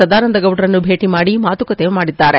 ಸದಾನಂದಗೌಡರವರನ್ನು ಭೇಟ ಮಾಡಿ ಮಾತುಕತೆ ಮಾಡಿದ್ದಾರೆ